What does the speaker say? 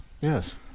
Yes